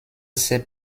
ses